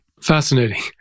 Fascinating